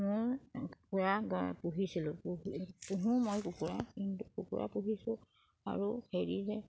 মোৰ কুকুৰা পুহিছিলোঁ পুহি পুহোঁ মই কুকুৰা কুকুৰা পুহিছোঁ আৰু হেৰিৰে